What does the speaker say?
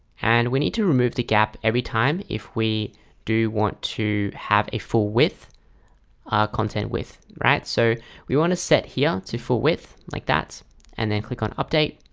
and we need to remove the gap every time if we do want to have a full width content width, right? so we want to set here to full width like that and then click on update